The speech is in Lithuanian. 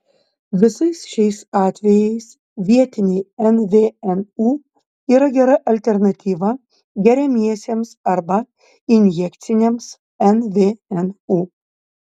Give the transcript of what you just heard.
visais šiais atvejais vietiniai nvnu yra gera alternatyva geriamiesiems arba injekciniams nvnu